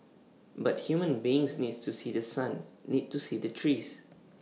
but human beings needs to see The Sun need to see the trees